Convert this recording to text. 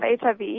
HIV